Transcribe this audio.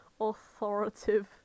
authoritative